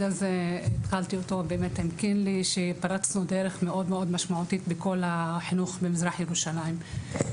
הזה עם קינלי ופרצנו דרך מאוד מאוד משמעותית בכל החינוך במזרח ירושלים.